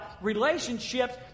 relationships